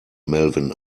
melvin